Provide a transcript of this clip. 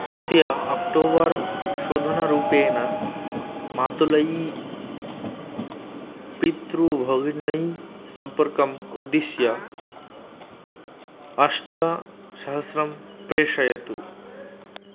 अस्य अक्टोबर् शोधनरूपेण मातुले पितृभोगिन्यै सम्पर्कम् उद्दिश्य अष्टसहस्रं प्रेषयतु